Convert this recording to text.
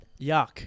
Yuck